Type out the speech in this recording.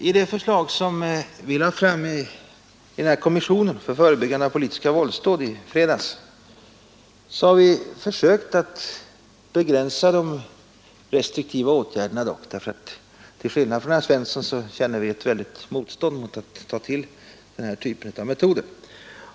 I det förslag som vi i fredags lade fram i kommissionen för förebyggande av politiska våldsdåd har vi försökt begränsa de restriktiva åtgärderna, därför att till skillnad från herr Svensson känner vi ett stort motstånd mot att ta till den här typen av metoder.